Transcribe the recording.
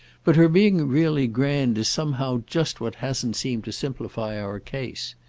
but her being really grand is somehow just what hasn't seemed to simplify our case.